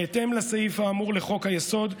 בהתאם לסעיף האמור לחוק-היסוד,